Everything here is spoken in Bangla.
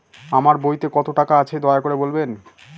আমার বইতে কত টাকা আছে দয়া করে বলবেন?